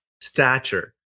stature